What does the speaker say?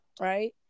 right